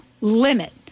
limit